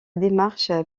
démarche